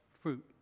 fruit